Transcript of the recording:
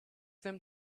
them